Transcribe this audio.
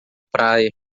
praia